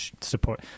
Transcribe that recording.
support